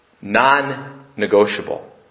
non-negotiable